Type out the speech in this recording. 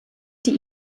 die